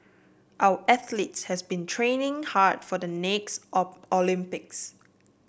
our athletes has been training hard for the next O Olympics